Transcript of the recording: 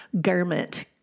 garment